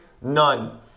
none